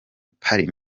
party